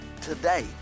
Today